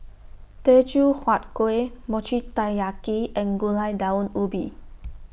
Teochew Huat Kuih Mochi Taiyaki and Gulai Daun Ubi